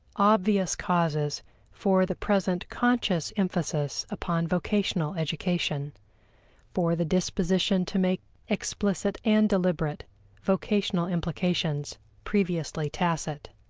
obvious causes for the present conscious emphasis upon vocational education for the disposition to make explicit and deliberate vocational implications previously tacit.